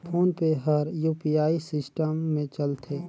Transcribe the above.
phone पे हर UPI system मे चलथे